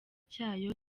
cyayo